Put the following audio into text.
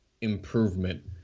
improvement